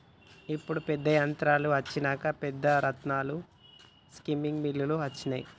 ఇప్పుడు పెద్ద యంత్రాలు అచ్చినంక పెద్ద రాట్నాలు అచ్చి స్పిన్నింగ్ మిల్లులు అచ్చినాయి